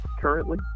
currently